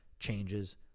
changes